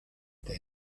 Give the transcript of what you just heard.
der